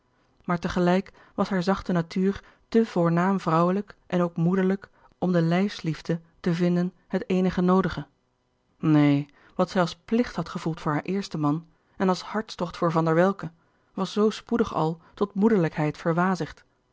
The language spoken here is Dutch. maar tegelijk was haar zachte natuur te voornaam vrouwelijk en ook moederlijk om de lijfsliefde te vinden het eenige noodige neen wat zij als plicht had gevoeld voor haar eersten man en als hartstocht voor van der welcke was zoo spoedig al tot moederlijkheid